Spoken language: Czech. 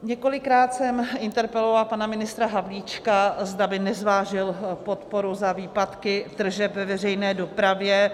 Několikrát jsem interpelovala pana ministra Havlíčka, zda by nezvážil podporu za výpadky tržeb ve veřejné dopravy.